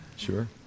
Sure